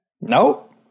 Nope